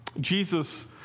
Jesus